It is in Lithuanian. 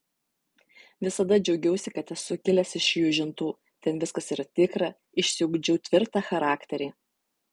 visada džiaugiausi kad esu kilęs iš jūžintų ten viskas yra tikra išsiugdžiau tvirtą charakterį